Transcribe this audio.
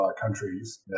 countries